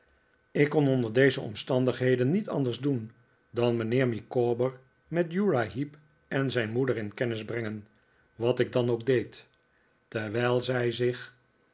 ik kon onder deze omstandigheden niet anders doen dan mijnheer micawber met uriah heep en zijn moeder in kennis brengen wat ik dan ook deed terwijl zij zich